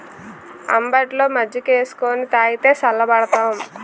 అంబట్లో మజ్జికేసుకొని తాగితే సల్లబడతాం